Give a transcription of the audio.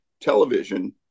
television